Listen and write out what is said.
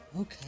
Okay